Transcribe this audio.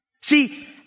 See